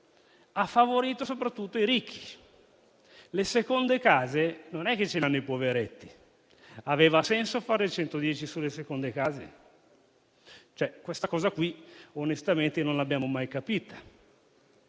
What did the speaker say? ha favorito soprattutto i ricchi. Le seconde case non le hanno i poveretti. Aveva senso farlo per le seconde case? Questa cosa, onestamente, non l'abbiamo mai capita,